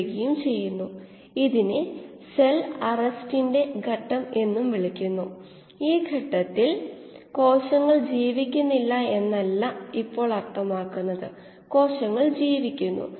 പരമാവധി cell productivity യിൽ കോശത്തിനൻറെ ഗാഢത xm എന്ന് നമുക്കറിയാം